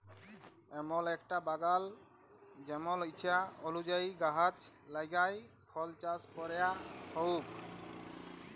এমল একটা বাগাল জেমল ইছা অলুযায়ী গাহাচ লাগাই ফল চাস ক্যরা হউক